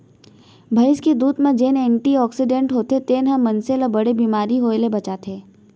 भईंस के दूद म जेन एंटी आक्सीडेंट्स होथे तेन ह मनसे ल बड़े बेमारी होय ले बचाथे